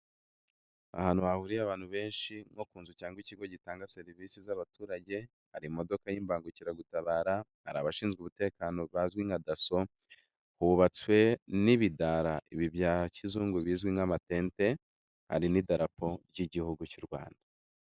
Ahantu hahuriye abantu benshi nko ku nzu cyangwa ikigo gitanga serivisi z'abaturage, hari imodoka y'imbangukiragutabara, hari abashinzwe umutekano bazwi nka DASSO, hubatswe n'ibidara bya kizungu bizwi nk'amatente, hari n'idarapo ry'igihugu cy'u Rwanda.